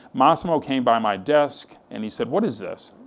massimo came by my desk and he said, what is this?